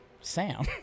Sam